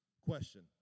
Question